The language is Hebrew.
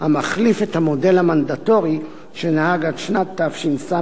המחליף את המודל המנדטורי שנהג עד שנת תש"ס,